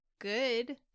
good